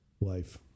Life